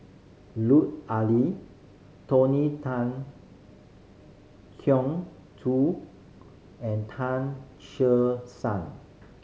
Lut Ali Tony Tan Keng Joo and Tan Che Sang